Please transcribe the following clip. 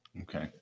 Okay